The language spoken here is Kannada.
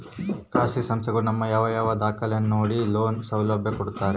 ಖಾಸಗಿ ಸಂಸ್ಥೆಗಳು ನಮ್ಮ ಯಾವ ಯಾವ ದಾಖಲೆಗಳನ್ನು ನೋಡಿ ಲೋನ್ ಸೌಲಭ್ಯ ಕೊಡ್ತಾರೆ?